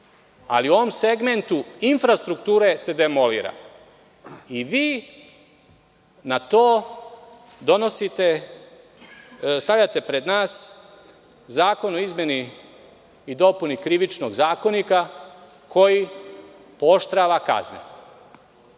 i u ovom segmentu infrastrukture se demolira. Vi na to stavljate pred nas Predlog zakona o izmeni i dopuni Krivičnog zakonika koji pooštrava kazne,